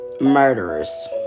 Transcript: Murderers